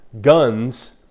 guns